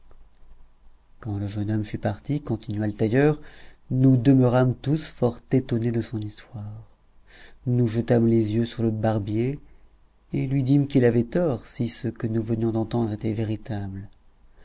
quand le jeune homme fut parti continua le tailleur nous demeurâmes tous fort étonnés de son histoire nous jetâmes les yeux sur le barbier et lui dîmes qu'il avait tort si ce que nous venions d'entendre était véritable